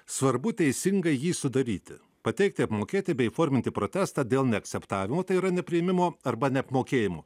svarbu teisingai jį sudaryti pateikti apmokėti bei įforminti protestą dėl neakceptavimo tai yra nepriėmimo arba neapmokėjimo